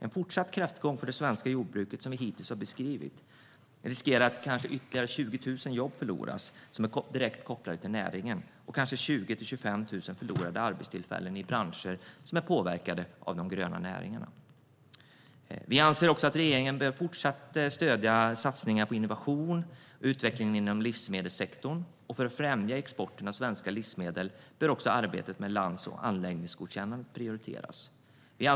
En fortsatt kräftgång för det svenska jordbruket innebär en risk att ytterligare 20 000 jobb förloras som är direkt kopplade till näringen och kanske 20 000-25 000 förlorade arbetstillfällen i branscher som är påverkade av de gröna näringarna. Vi anser också att regeringen fortsatt bör stödja satsningar på innovation och utveckling inom livsmedelssektorn. För att främja exporten av svenska livsmedel bör arbetet med lands och anläggningsgodkännanden prioriteras.